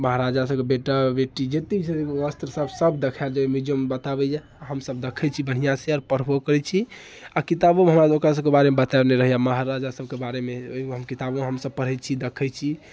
महाराजा सबके बेटा बेटी जतेक भी वस्त्र सब सब देखाएल जाइए मियुजियममे बताबैए आ हमसब देखैत छी बढ़िआँ से आओर पढ़बो करैत छी आ किताबोमे हमरा सबके ओकरा सबके बारेमे बतेने रहैए महाराजा सबके बारेमे ओहिमे हम किताबो हमसब पढ़ैत छी देखैत छी